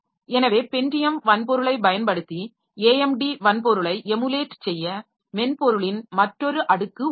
எனவே பென்டியம் வன்பொருளைப் பயன்படுத்தி AMD வன்பொருளைப் எமுலேட் செய்ய மென்பொருளின் மற்றொரு அடுக்கு உள்ளது